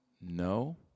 No